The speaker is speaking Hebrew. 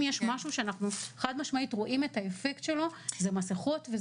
אם יש משהו שאנחנו חד משמעית רואים את האפקט שלו זה מסכות.